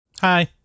Hi